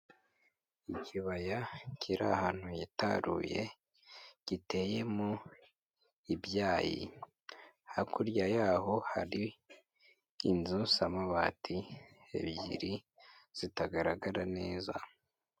Ikibaya kiri ahantu hitaruye, giteye mu ibyayi. Hakurya yaho hari inzu z'amabati ebyiri, zitagaragara neza.